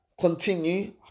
continue